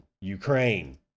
Ukraine